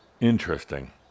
Interesting